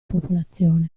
popolazione